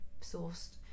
sourced